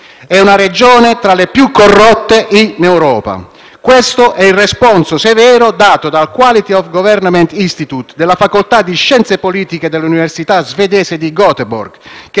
è una Regione tra le più corrotte in Europa. Questo è il responso severo dato dal Quality of government institute della facoltà di Scienze politiche dell'università svedese di Göteborg, che